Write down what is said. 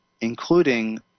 Including